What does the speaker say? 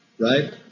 right